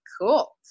cool